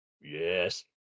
Yes